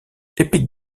epic